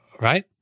Right